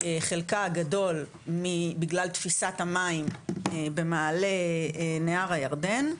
חלקה הגדול בגלל תפיסת המים במעלה נהר הירדן,